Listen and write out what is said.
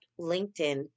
LinkedIn